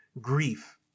grief